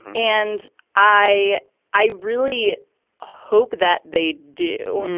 and i i really hope that they do.